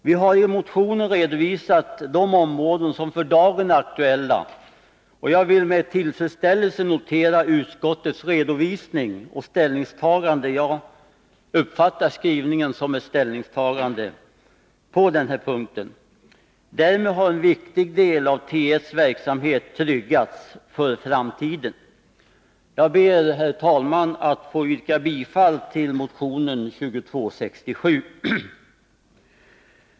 Vi har i motionen redovisat de områden som för dagen är aktuella, och jag vill med tillfredsställelse notera utskottets redovisning och ställningstagande — jag uppfattar skrivningen som ett ställningstagande — på denna punkt. Därmed har en viktig del av T1:s verksamhet tryggats för framtiden. Jag ber, herr talman, att få yrka bifall till motion 2267.